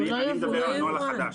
אני מדבר על הנוהל החדש.